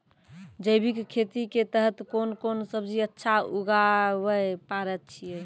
जैविक खेती के तहत कोंन कोंन सब्जी अच्छा उगावय पारे छिय?